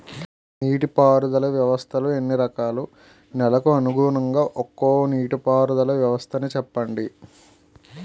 నీటి పారుదల వ్యవస్థలు ఎన్ని రకాలు? నెలకు అనుగుణంగా ఒక్కో నీటిపారుదల వ్వస్థ నీ చెప్పండి?